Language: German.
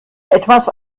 etwas